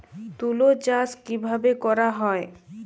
তুলো চাষ কিভাবে করা হয়?